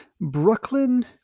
Brooklyn